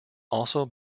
also